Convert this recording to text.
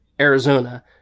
Arizona